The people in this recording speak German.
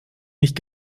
nicht